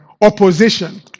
opposition